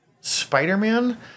Spider-Man